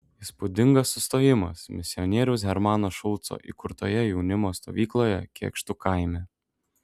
įspūdingas sustojimas misionieriaus hermano šulco įkurtoje jaunimo stovykloje kėkštų kaime